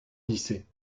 lycée